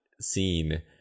scene